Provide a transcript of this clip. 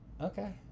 Okay